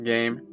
Game